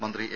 മന്ത്രി എ